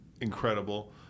incredible